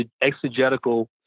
exegetical